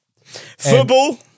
Football